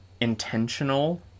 intentional